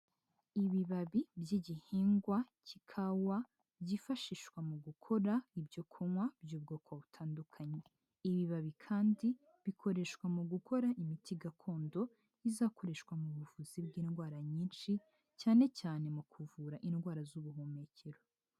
Ibibabi by'igihingwa cy'ikawa byifashishwa mu gukora ibyo kunywa by'ubwoko butandukanye. Ibibabi kandi bikoreshwa mu gukora imiti gakondo izakoreshwa mu buvuzi bw'indwara nyinshi cyane cyane mu kuvura indwara z'ubuhumekero.